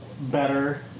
better